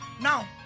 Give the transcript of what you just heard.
Now